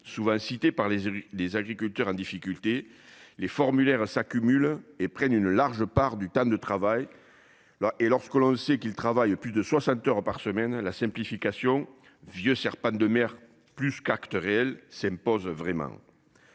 souvent cité par les les agriculteurs en difficulté les formulaires s'accumulent et prennent une large part du temps de travail. Là et lorsque l'on sait qu'ils travaillent plus de 60 heures par semaine la simplification vieux serpent de mer plus qu'acteur réel s'impose vraiment.